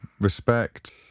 respect